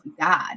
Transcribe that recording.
God